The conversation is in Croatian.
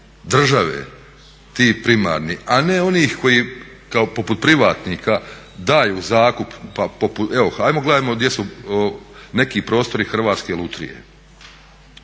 države ti primarni, a ne onih koji kao poput privatnika daju u zakup pa evo gledajmo gdje su neki prostori Hrvatske lutrije,